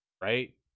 right